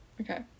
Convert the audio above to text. Okay